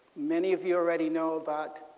many of you already know about